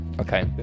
Okay